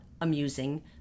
amusing